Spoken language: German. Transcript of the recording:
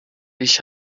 ich